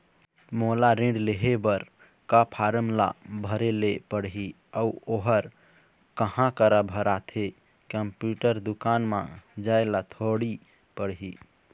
मोला ऋण लेहे बर का फार्म ला भरे ले पड़ही अऊ ओहर कहा करा भराथे, कंप्यूटर दुकान मा जाए ला थोड़ी पड़ही?